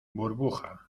burbuja